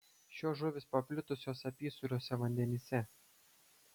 šios žuvys paplitusios apysūriuose vandenyse